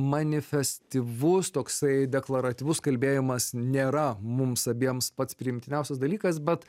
manifestyvus toksai deklaratyvus kalbėjimas nėra mums abiems pats priimtiniausias dalykas bet